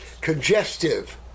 Congestive